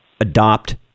adopt